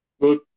Good